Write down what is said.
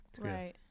right